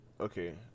Okay